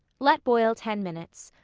let boil ten minutes.